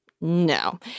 No